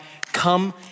come